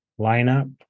lineup